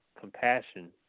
compassion